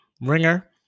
Ringer